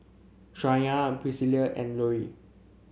Shayna Priscilla and Louie